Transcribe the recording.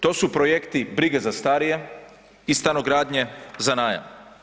To su projekti brige za starije i stanogradnje za najam.